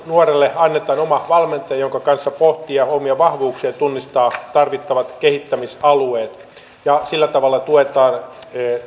nuorelle annetaan oma valmentaja jonka kanssa voi pohtia omia vahvuuksia ja tunnistaa tarvittavat kehittämisalueet sillä tavalla tuetaan